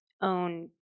own